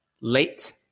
late